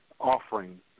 offering